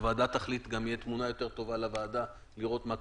הוועדה תחליט וגם תהיה תמונה יותר טובה לוועדה לראות מה קורה.